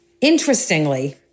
Interestingly